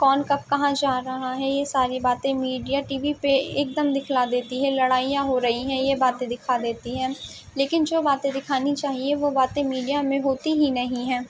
کون کب کہاں جا رہا ہے یہ ساری باتیں میڈیا ٹی وی پہ ایک دم دکھلا دیتی ہے لڑائیاں ہو رہی ہیں یہ باتیں دکھا دیتی ہیں لیکن جو باتیں دکھانی چاہیے وہ باتیں میڈیا میں ہوتی ہی نہیں ہیں